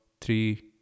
three